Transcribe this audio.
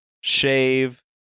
shave